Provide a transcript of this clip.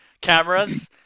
cameras